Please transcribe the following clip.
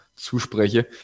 zuspreche